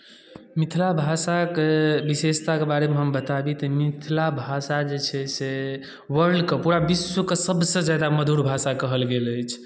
मिथिला भाषाके विशेषताके बारेमे हम बताबि तऽ मिथिला भाषा जे छै से वर्ल्डके पूरा विश्वके सबसँ जादा मधुर भाषा कहल गेल अछि